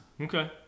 Okay